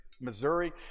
Missouri